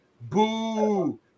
boo